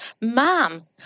mom